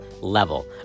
level